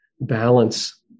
balance